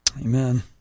Amen